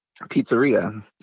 pizzeria